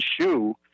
shoe